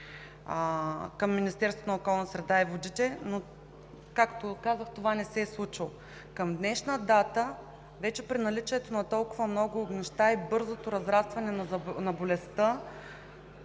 към Министерството на околната среда и водите. Както казах, това не се е случвало. Към днешна дата вече при наличието на толкова много неща и бързо разрастване на болестта